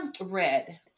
red